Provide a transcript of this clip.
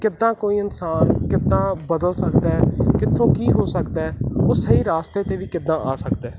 ਕਿੱਦਾਂ ਕੋਈ ਇਨਸਾਨ ਕਿੱਦਾਂ ਬਦਲ ਸਕਦਾ ਕਿੱਥੋਂ ਕੀ ਹੋ ਸਕਦਾ ਉਹ ਸਹੀ ਰਸਤੇ 'ਤੇ ਵੀ ਕਿੱਦਾਂ ਆ ਸਕਦਾ